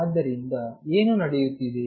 ಆದ್ದರಿಂದ ಏನು ನಡೆಯುತ್ತಿದೆ